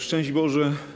Szczęść Boże!